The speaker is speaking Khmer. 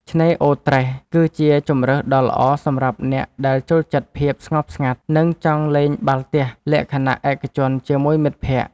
ឆ្នេរអូរត្រេះគឺជាជម្រើសដ៏ល្អសម្រាប់អ្នកដែលចូលចិត្តភាពស្ងប់ស្ងាត់ និងចង់លេងបាល់ទះលក្ខណៈឯកជនជាមួយមិត្តភក្តិ។